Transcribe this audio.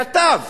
כתב